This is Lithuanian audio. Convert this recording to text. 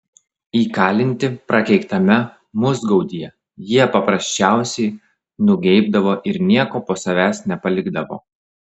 įkalinti prakeiktame musgaudyje jie paprasčiausiai nugeibdavo ir nieko po savęs nepalikdavo